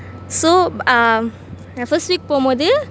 so um the first week போவும் போது:povum pothu